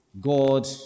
god